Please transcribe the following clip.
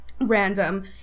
random